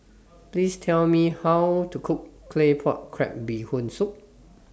Please Tell Me How to Cook Claypot Crab Bee Hoon Soup